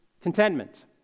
contentment